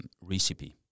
recipe